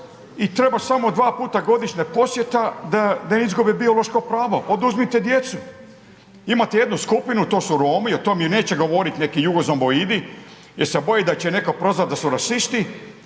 i treba samo dva puta godišnja posjeta da izgube biološko pravo. Oduzmite djecu. Imate jednu skupinu, to su Romi, o tome neće govoriti neki jugozomboidi jer se boje da će ih neko prozvati da su rasisti,